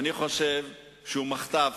אני חושב שזה מחטף